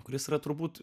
kuris yra turbūt